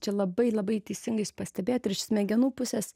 čia labai labai teisingai jūs pastebėjot ir iš smegenų pusės